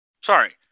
Sorry